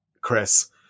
Chris